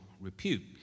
repute